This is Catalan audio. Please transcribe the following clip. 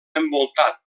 envoltat